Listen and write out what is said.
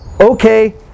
okay